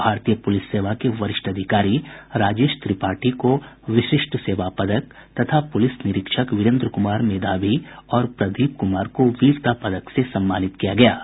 भारतीय पुलिस सेवा के वरिष्ठ पदाधिकारी राजेश त्रिपाठी को विशिष्ट सेवा पदक तथा पुलिस निरीक्षक वीरेन्द्र कुमार मेधावी और प्रदीप कुमार को वीरता पदक से सम्मानित किया गया है